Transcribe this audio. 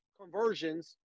conversions